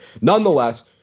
Nonetheless